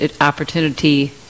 opportunity